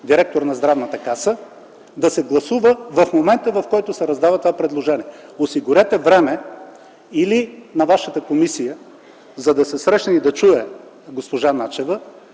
директор на Здравната каса) да се гласува в момента, в който се раздава това предложение. Осигурете време - или на вашата комисия, за да се срещне и да чуе госпожа Начева,